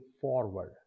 forward